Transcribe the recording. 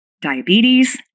diabetes